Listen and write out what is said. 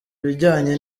ibijyanye